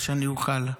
מה שאני אוכל: